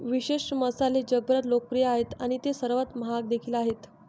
विशेष मसाले जगभरात लोकप्रिय आहेत आणि ते सर्वात महाग देखील आहेत